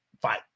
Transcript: Fine